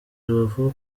rubavu